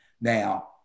Now